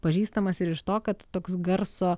pažįstamas ir iš to kad toks garso